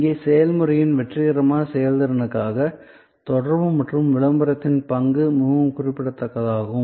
இங்கே செயல்முறையின் வெற்றிகரமான செயல்திறனுக்காக தொடர்பு மற்றும் விளம்பரத்தின் பங்கு மிகவும் குறிப்பிடத்தக்கதாகும்